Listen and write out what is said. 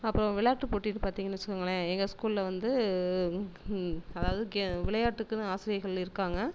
அப்புறம் விளையாட்டு போட்டின்னு பார்த்தீங்கன்னு வச்சுக்கோங்களேன் எங்கள் ஸ்கூலில் வந்து அதாவது கே விளையாட்டுக்குன்னு ஆசிரியர்கள் இருக்காங்க